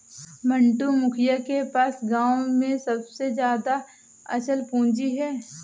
मंटू, मुखिया के पास गांव में सबसे ज्यादा अचल पूंजी है